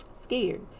scared